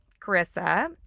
Carissa